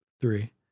three